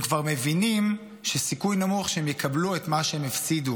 הם כבר מבינים שהסיכוי שהם יקבלו את מה שהם הפסידו